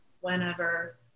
whenever